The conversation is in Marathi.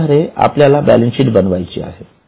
त्याआधारे आपल्याला बॅलन्स शीट बनवायची आहे